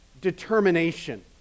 determination